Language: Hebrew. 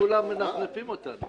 כולם מנפנפים אותנו.